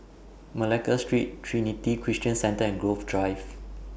Malacca Street Trinity Christian Centre and Grove Drive